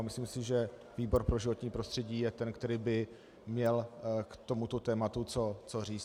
Myslím si, že výbor pro životní prostředí je ten, který by měl k tomuto tématu co říct.